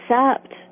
accept